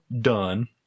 done